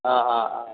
অঁ অঁ